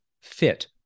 fit